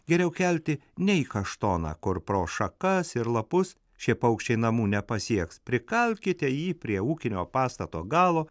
geriau kelti nei kaštoną kur pro šakas ir lapus šie paukščiai namų nepasieks prikalkite jį prie ūkinio pastato galo